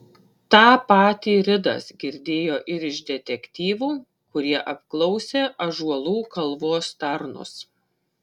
tą patį ridas girdėjo ir iš detektyvų kurie apklausė ąžuolų kalvos tarnus